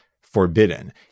forbidden